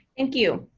thank you.